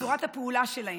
בצורת הפעולה שלהן.